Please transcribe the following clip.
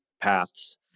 paths